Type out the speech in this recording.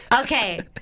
Okay